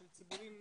של ציבורים